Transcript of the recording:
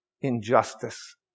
injustice